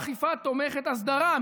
אכיפה תומכת הסדרה,